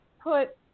put